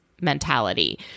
mentality